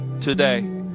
today